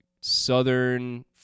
Southern